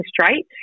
straight